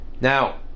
Now